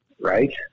Right